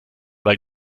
weil